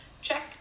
check